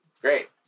Great